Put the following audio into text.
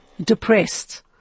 depressed